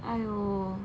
!aiyo!